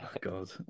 God